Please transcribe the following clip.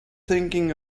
thinking